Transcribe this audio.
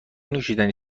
نوشیدنی